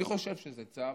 אני חושב שזה צו.